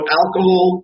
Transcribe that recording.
alcohol